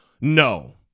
no